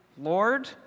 Lord